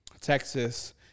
Texas